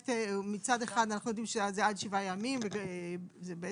מצד אחד אנחנו יודעים שזה עד שבעה ימים, אולי